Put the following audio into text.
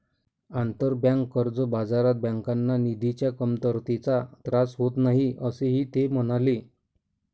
आंतरबँक कर्ज बाजारात बँकांना निधीच्या कमतरतेचा त्रास होत नाही, असेही ते म्हणाले